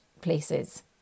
places